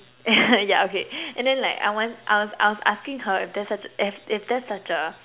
yeah okay and then like I want I I was asking her if there such if there such a